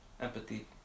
empathy